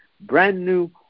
brand-new